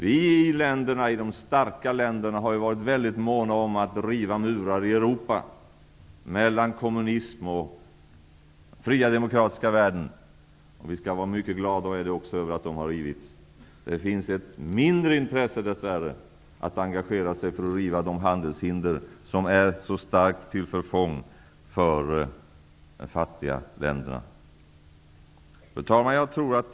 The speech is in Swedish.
Vi i de starka i-länderna har varit väldigt måna om att riva murar i Europa, mellan kommunismen och den fria demokratiska världen. Vi skall vara mycket glada över att de murarna har rivits. Det finns dess värre ett mindre intresse för att engagera sig i att riva de handelshinder som är till så starkt förfång för de fattiga länderna. Fru talman!